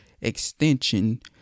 extension